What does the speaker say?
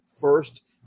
first